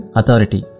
authority